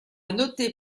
noter